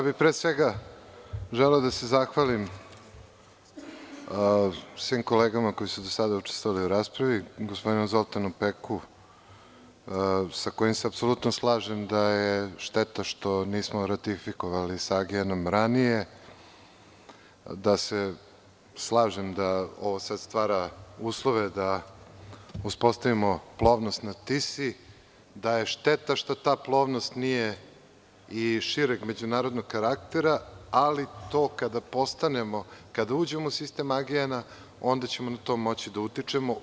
Pre svega bih želeo da se zahvalim svim kolegama koje su i do sada učestvovale u raspravi, gospodinu Zoltanu Peku, sa kojim se apsolutno slažem da je šteta što nismo ratifikovali sa AGN ranije, da se slažem da ovo sad stvara da uspostavimo plovnost na Tisi, da je šteta što ta plovnost nije i šireg međunarodnog karaktera, ali to kada uđemo u sistem AGN, onda ćemo na to moći da utičemo.